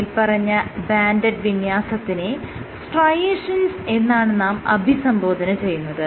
മേല്പറഞ്ഞ ബാൻഡഡ് വിന്യാസത്തിനെ സ്ട്രയേഷൻസ് എന്നാണ് നാം അഭിസംബോധന ചെയ്യുന്നത്